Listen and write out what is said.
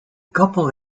couple